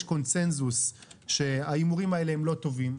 קונצנזוס שההימורים האלה הם לא טובים,